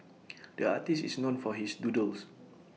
the artist is known for his doodles